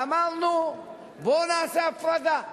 ואמרנו: בואו נעשה הפרדה.